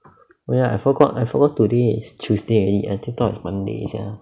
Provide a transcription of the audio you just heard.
ya I forgot I forgot today is tuesday already I still thought it's monday sia